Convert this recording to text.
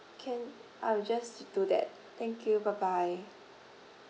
can I will just do that thank you bye bye